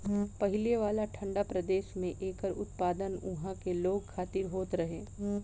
पहिले वाला ठंडा प्रदेश में एकर उत्पादन उहा के लोग खातिर होत रहे